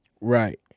Right